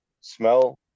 smell